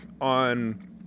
on